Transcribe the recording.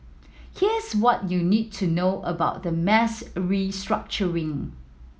here's what you need to know about the mass restructuring